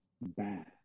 bad